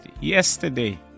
yesterday